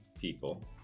people